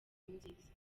nziza